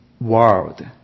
world